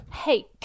Hey